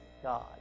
God